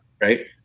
right